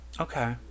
Okay